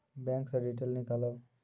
Bank से detail नीकालव?